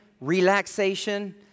relaxation